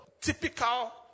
Typical